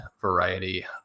variety